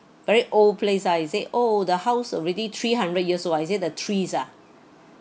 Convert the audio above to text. very old place ah he said oh the house already three hundred years old I said the trees ah